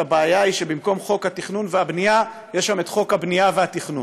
הבעיה היא שבמקום חוק התכנון והבנייה יש שם את חוק הבנייה והתכנון.